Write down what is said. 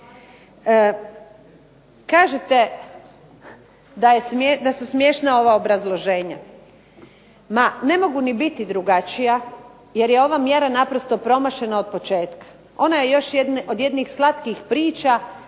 Kažete da su smiješna ova obrazloženja. Ma ne mogu ni biti drugačija jer je ova mjera naprosto promašena od početka. Ona je još jedna, od jednih slatkih priča